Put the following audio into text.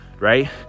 right